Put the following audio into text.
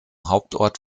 hauptort